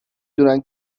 دونن